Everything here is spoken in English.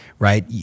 Right